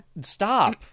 Stop